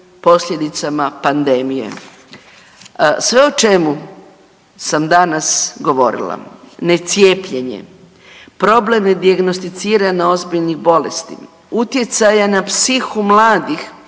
posljedicama pandemije. Sve o čemu sam danas govorila ne cijepljenje, problem ne dijagnosticirano ozbiljni bolesti, utjecaja na psihu mladih,